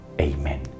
amen